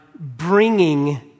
bringing